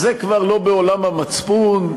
אז כבר לא מעולם המצפון,